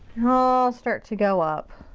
all start to go up.